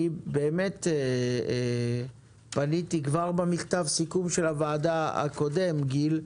אני פניתי כבר במכתב הסיכום הקודם של הוועדה, גיל,